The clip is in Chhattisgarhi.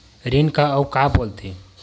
ऋण का अउ का बोल थे?